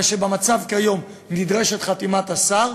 מה שבמצב כיום נדרשת חתימת השר,